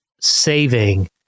saving